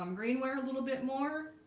um green ware a little bit more